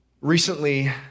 Recently